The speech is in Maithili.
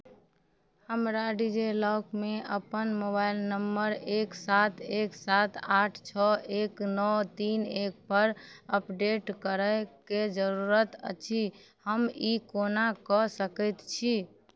हमरा डिजिलॉकरमे अपन मोबाइल नम्बर एक सात एक सात आठ छओ एक नओ तीन एकपर अपडेट करैके जरूरत अछि हम ई कोना कऽ सकै छी